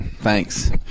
thanks